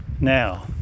now